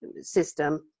system